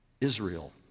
Israel